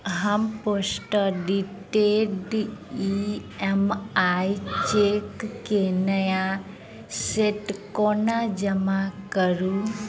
हम postdated EMI cheque केँ नया सेट केना जमा करू?